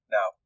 Now